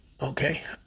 okay